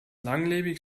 langlebig